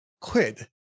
quid